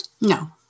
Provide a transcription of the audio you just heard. No